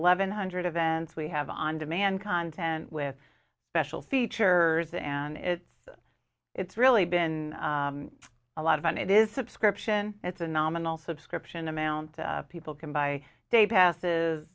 eleven hundred events we have on demand content with special features and it's it's really been a lot of fun it is subscription it's a nominal subscription amount that people can buy day passes